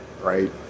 right